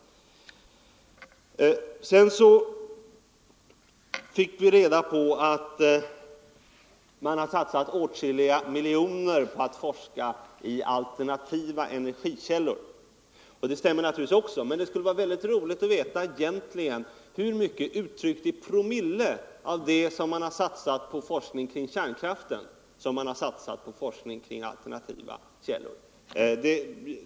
Vi fick reda på att åtskilliga miljoner satsats på forskning om alternativa energikällor. Det stämmer naturligtvis också, men det skulle vara roligt att veta hur mycket, uttryckt i promille, av det som satsats på forskning kring kärnkraft som satsats på forskning om alternativa energikällor.